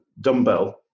dumbbell